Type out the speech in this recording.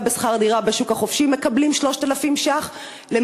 לשכר דירה בשוק החופשי מקבלים 3,000 שקל?